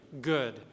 good